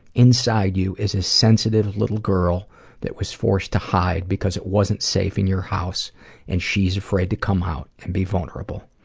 inside you is a sensitive little girl that was forced to hide because it wasn't safe in your house and she's afraid to come out and be vulnerable.